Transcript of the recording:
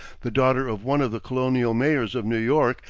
the daughter of one of the colonial mayors of new york,